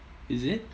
is it